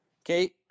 Okay